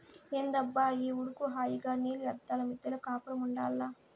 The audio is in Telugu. ఏందబ్బా ఈ ఉడుకు హాయిగా నీలి అద్దాల మిద్దెలో కాపురముండాల్ల